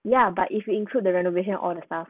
ya but if you include the renovation all the stuff